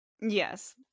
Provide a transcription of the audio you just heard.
Yes